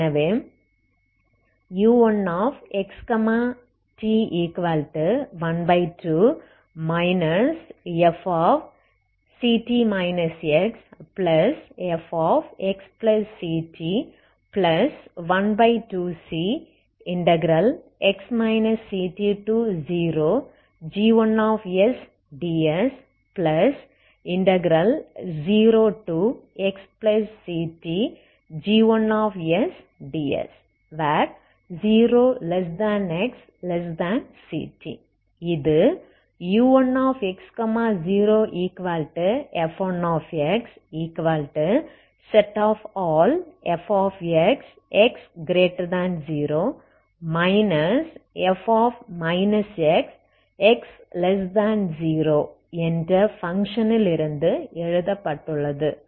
எனவே u1xt12 fct xfxct12cx ct0g1sds0xctg1sds 0xct இது u1x0f1xfx x0 f x x0 என்ற பங்க்ஷனிலிருந்து எழுதப்பட்டுள்ளது